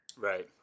right